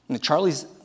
Charlie's